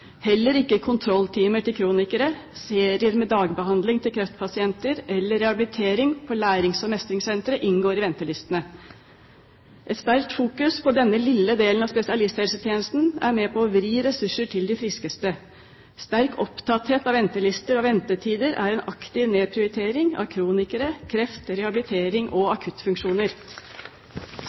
Heller ikke kontrolltimer til kronikere, serier med dagbehandling til kreftpasienter eller rehabilitering på lærings- og mestringssentre inngår i ventelistene. Et sterkt fokus på denne lille delen av spesialisthelsetjenesten er med på å vri ressurser til de friskeste. Sterk opptatthet av ventelister og ventetider er en aktiv nedprioritering av kronikere, kreft, rehabilitering og akuttfunksjoner.